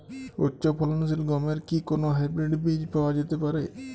উচ্চ ফলনশীল গমের কি কোন হাইব্রীড বীজ পাওয়া যেতে পারে?